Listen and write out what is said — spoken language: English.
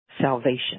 salvation